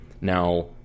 Now